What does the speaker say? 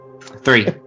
Three